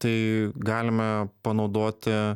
tai galime panaudoti